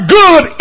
good